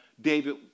David